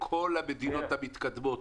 ברוב המדינות המתקדמות,